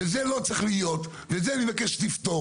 וזה לא צריך להיות, ואת זה אני מבקש לפתור.